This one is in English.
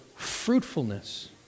fruitfulness